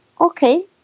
Okay